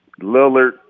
Lillard